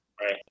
right